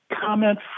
Comment